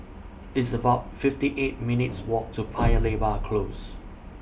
It's about fifty eight minutes' Walk to Paya Lebar Close